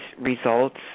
results